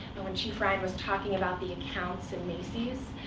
and when chief ryan was talking about the accounts in macy's,